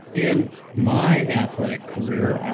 in my athletic career,